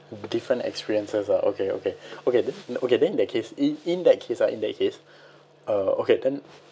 different experiences uh okay okay okay then okay then in that case in in that case ah in that case uh okay then